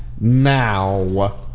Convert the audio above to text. now